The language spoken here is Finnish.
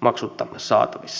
maksutta saatavissa